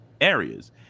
areas